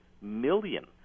million